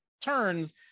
turns